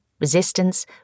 resistance